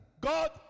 God